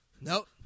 Nope